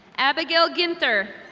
abigail ginther.